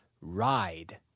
Ride